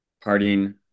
parting